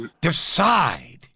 Decide